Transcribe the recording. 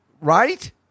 right